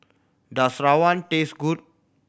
does rawon taste good